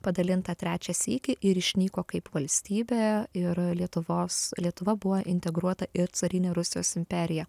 padalinta trečią sykį ir išnyko kaip valstybė ir lietuvos lietuva buvo integruota į carinę rusijos imperiją